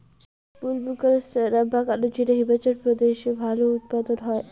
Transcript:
বুলবোকাস্ট্যানাম বা কালোজিরা হিমাচল প্রদেশে ভালো উৎপাদন হয়